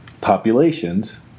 populations